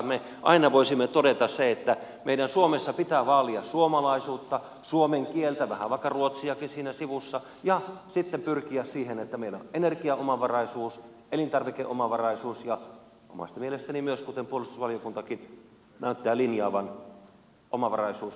me aina voisimme todeta sen että meidän suomessa pitää vaalia suomalaisuutta suomen kieltä vaikka vähän ruotsiakin siinä sivussa ja sitten pyrkiä siihen että meillä on energiaomavaraisuus elintarvikeomavaraisuus ja omasta mielestäni kuten puolustusvaliokuntakin näyttää linjaavan omavaraisuus myös puolustuksessa